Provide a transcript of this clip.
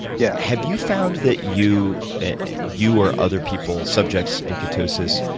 yeah have you found that you you or other people, subjects in ketosis,